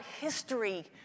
history